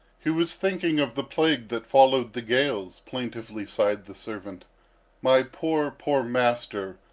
he was thinking of the plague that followed the gales, plaintively sighed the servant my poor, poor master!